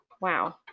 wow